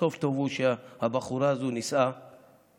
הסוף הטוב הוא שהבחורה הזו נישאה והצליחה,